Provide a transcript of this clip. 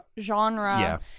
genre